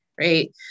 right